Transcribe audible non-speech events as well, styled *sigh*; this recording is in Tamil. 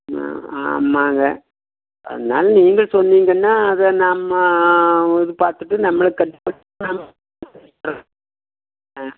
ஆ ஆமாங்க அதனால் நீங்கள் சொன்னீங்கன்னா அதை நம்ம இது பார்த்துட்டு நம்மளுக்கு கட்டுப்படி *unintelligible* ஆ